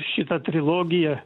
šitą trilogiją